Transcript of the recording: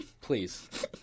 Please